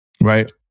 right